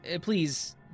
please